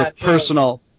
personal